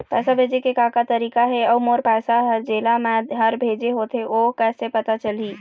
पैसा भेजे के का का तरीका हे अऊ मोर पैसा हर जेला मैं हर भेजे होथे ओ कैसे पता चलही?